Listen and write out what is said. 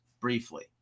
briefly